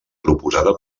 proposada